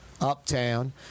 uptown